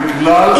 בגלל,